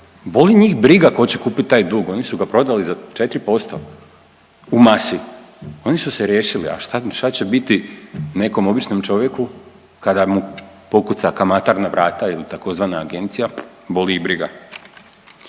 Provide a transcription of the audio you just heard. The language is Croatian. Boli njih briga tko će kupit taj dug! Oni su ga prodali za 4% u masi, oni su se riješili. A šta će biti nekom običnom čovjeku kada mu pokuca kamatar na vrata ili tzv. agencija boli iz briga.